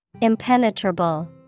Impenetrable